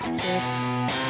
Cheers